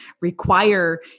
require